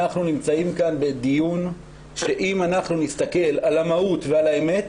אנחנו נמצאים כאן בדיון שאם אנחנו נסתכל על המהות ועל האמת,